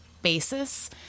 basis